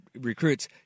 recruits